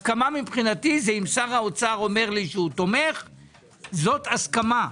הסכמה מבחינתי זה אם שר האוצר אומר לי שהוא תומך זאת הסכמה,